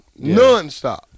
nonstop